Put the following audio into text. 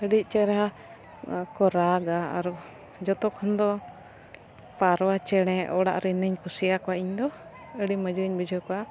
ᱟᱹᱰᱤ ᱪᱮᱦᱨᱟ ᱠᱚ ᱨᱟᱜᱟ ᱟᱨ ᱡᱚᱛᱚ ᱠᱷᱚᱱ ᱫᱚ ᱯᱟᱨᱣᱟ ᱪᱮᱬᱮ ᱚᱲᱟᱜ ᱨᱮᱱᱤᱧ ᱠᱩᱥᱤᱭᱟᱠᱚᱣᱟ ᱤᱧ ᱫᱚ ᱟᱹᱰᱤ ᱢᱚᱡᱽ ᱤᱧ ᱵᱩᱡᱷᱟᱹᱣ ᱠᱚᱣᱟ